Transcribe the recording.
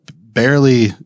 barely